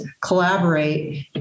collaborate